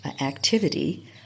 activity